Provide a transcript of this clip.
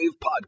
podcast